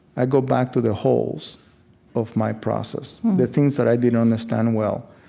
i go back to the holes of my process, the things that i didn't understand well.